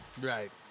Right